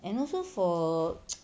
and also for